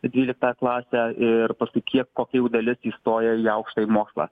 dvyliktą klasę ir paskui kiek kokia jau dalis įstojo į aukštąjį mokslą